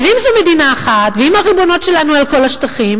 אז אם זו מדינה אחת ואם הריבונות שלנו על כל השטחים,